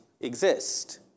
exist